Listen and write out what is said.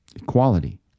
Equality